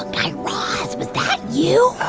guy raz, was that you?